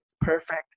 Perfect